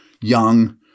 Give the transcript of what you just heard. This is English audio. young